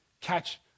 catch